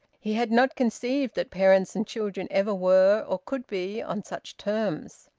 he had not conceived that parents and children ever were or could be on such terms.